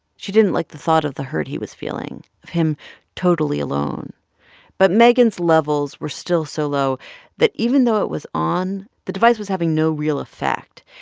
she didn't like the thought of the hurt he was feeling, of him totally alone but megan's levels were still so low that even though it was on, the device was having no real effect.